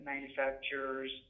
manufacturers